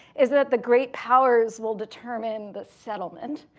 is that the great powers will determine the settlement.